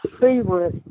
favorite